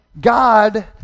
God